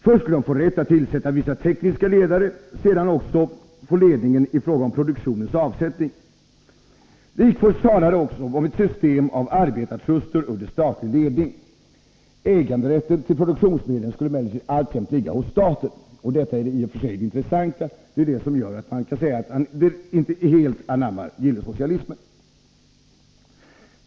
Först skulle de få rätt att tillsätta vissa tekniska ledare, sedan skulle de också få ledningen i fråga om produktionens avsättning. Wigforss talade också om ett system av arbetartruster under statlig ledning. Äganderätten till produktionsmedlen skulle möjligtvis alltjämt ligga hos staten. Detta är i och för sig det intressanta. Det är det som gör att man kan säga att gillesocialismen inte helt anammades.